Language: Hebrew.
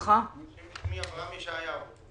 ברשם העמותות חסרה לנו חתימה.